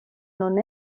non